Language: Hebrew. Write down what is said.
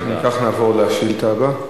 אם כך, נעבור לשאילתא הבאה,